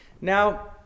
Now